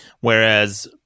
Whereas